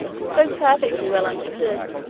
so perfectly well understood,